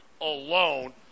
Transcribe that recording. alone